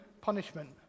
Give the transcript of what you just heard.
punishment